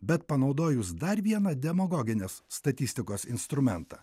bet panaudojus dar vieną demagoginės statistikos instrumentą